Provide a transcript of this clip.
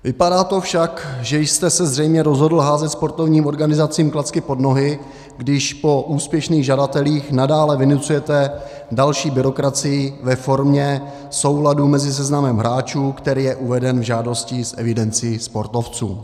Vypadá to však, že jste se zřejmě rozhodl házet sportovním organizacím klacky pod nohy, když po úspěšných žadatelích nadále vynucujete další byrokracii ve formě souladu mezi seznamem hráčů, který je uveden v žádosti, s evidencí sportovců.